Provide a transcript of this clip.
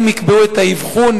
הם יקבעו את האבחון,